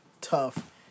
Tough